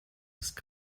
ist